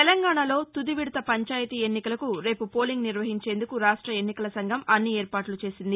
తెలంగాణలో తుది విదత పంచాయితీ ఎన్నికలకు రేపు పోలింగు నిర్వహించేందుకు రాష్ట ఎన్నికల సంఘం అన్ని ఏర్పాట్లు చేసింది